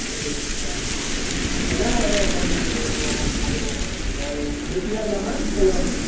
உங்களுக்கு என்னென்ன வகையான காய்கறி நீங்கள் பார்க்குறிங்க அதாவது பேஸிக்காக இல்லாமல் கொஞ்சம்